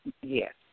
Yes